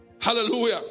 hallelujah